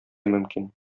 мөмкин